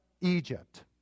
Egypt